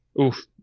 Oof